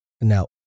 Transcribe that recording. Now